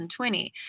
2020